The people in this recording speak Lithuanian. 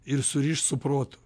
ir surišt su protu